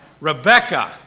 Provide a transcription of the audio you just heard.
Rebecca